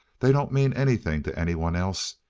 they don't mean anything to anyone else,